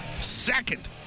Second